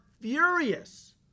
furious